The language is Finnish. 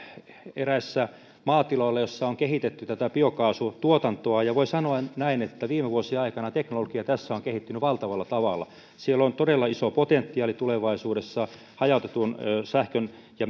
eräillä maatiloilla joissa on kehitetty tätä biokaasutuotantoa ja voi sanoa näin että viime vuosien aikana teknologia tässä on kehittynyt valtavalla tavalla siellä on todella iso potentiaali tulevaisuudessa hajautetun sähkön ja